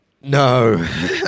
No